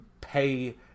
pay